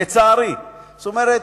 אתה יודע,